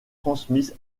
transmises